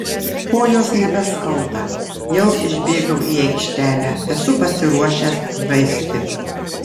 kojos nebeskauda jau išbėgau į aikštelę esu pasiruošęs žaisti